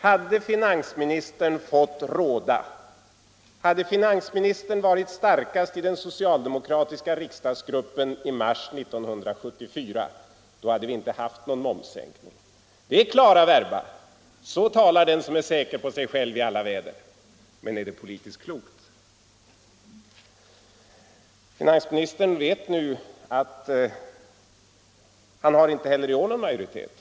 Hade finansministern fått råda, hade han varit starkast i den socialdemokratiska riksdagsgruppen i mars 1974 hade vi inte haft någon momssänkning. Det är klara. verba. Så talar den som är säker på sig själv i alla väder. Men är det politiskt klokt? Finansministern vet nu att han inte heller i år har någon majoritet.